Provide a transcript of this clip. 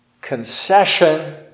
concession